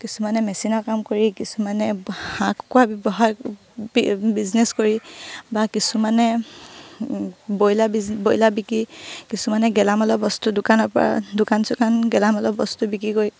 কিছুমানে মেচিনৰ কাম কৰি কিছুমানে হাঁহ কুকুৰা ব্যৱসায় বিজনেছ কৰি বা কিছুমানে ব্ৰয়লাৰ বিজ ব্ৰয়লাৰ বিকি কিছুমানে গেলামালৰ বস্তু দোকানৰপৰা দোকান চোকান গেলামালৰ বস্তু বিক্ৰী কৰি